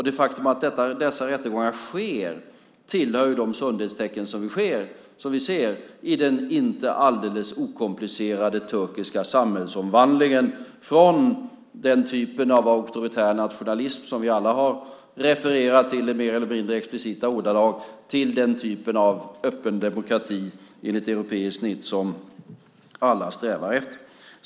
Det faktum att dessa rättegångar sker tillhör de sundhetstecken som vi ser i den inte alldeles okomplicerade turkiska samhällsomvandlingen från den typ av auktoritär nationalism som vi alla har refererat till i mer eller mindre explicita ordalag till den typ av öppen demokrati enligt europeiskt snitt som alla strävar efter.